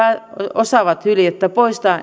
osaavat hyljettä poistaa